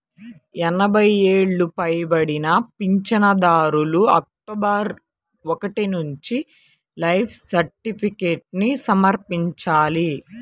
ఎనభై ఏళ్లు పైబడిన పింఛనుదారులు అక్టోబరు ఒకటి నుంచి లైఫ్ సర్టిఫికేట్ను సమర్పించాలి